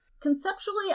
Conceptually